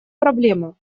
проблема